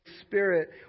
Spirit